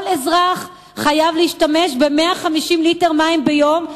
כל אזרח חייב להשתמש ב-150 ליטר מים ביום,